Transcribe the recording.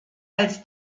als